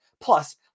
Plus